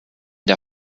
der